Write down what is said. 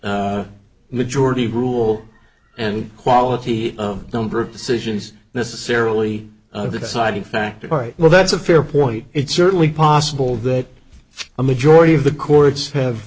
the majority rule and quality of number of decisions necessarily of the deciding factor by well that's a fair point it's certainly possible that a majority of the courts have